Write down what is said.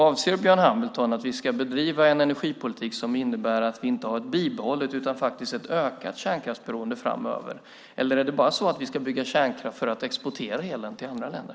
Är Björn Hamiltons avsikt att vi ska bedriva en energipolitik som innebär att vi inte har ett bibehållet utan faktiskt ett ökat kärnkraftsberoende framöver? Eller ska vi bara bygga kärnkraft för att exportera elen till andra länder?